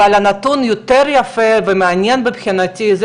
אבל הנתון היותר יפה ומעניין מבחינתי זה